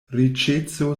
riĉeco